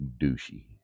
douchey